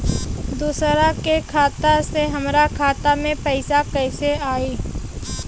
दूसरा के खाता से हमरा खाता में पैसा कैसे आई?